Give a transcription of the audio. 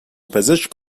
پزشک